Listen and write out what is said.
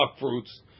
fruits